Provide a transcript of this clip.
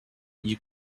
you